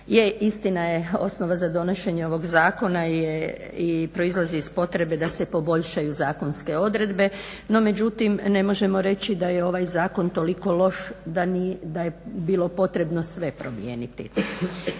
istina je, osnova za donošenje ovog zakona proizlazi iz potrebe da se poboljšaju zakonske odredbe. No međutim, ne možemo reći da je ovaj zakon toliko loš da je bilo potrebno sve promijeniti.